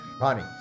Ronnie